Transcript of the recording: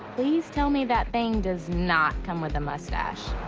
please tell me that thing does not come with a mustache.